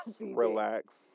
relax